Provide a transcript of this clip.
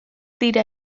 dira